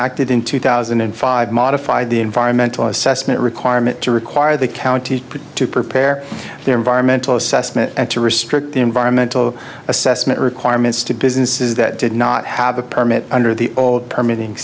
acted in two thousand and five modified the environmental assessment requirement to require the county to prepare their environmental assessment and to restrict environmental assessment requirements to businesses that did not have a permit under the old permitting